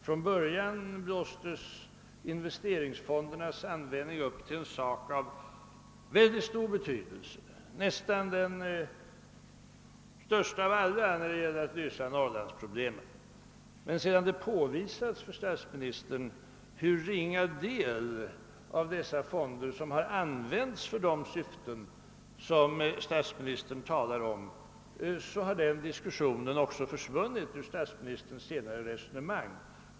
Från början blåstes investeringsfondernas användning upp till en fråga av mycket stor betydelse, nästan den största av alla när det gällde att lösa Norrlandsproblemen. Sedan det emellertid för statsministern påpekats hur ringa del av dessa fonder som används för de syften som statsministern talar om, har den diskussionen också försvunnit ur statsministerns senare resonemang.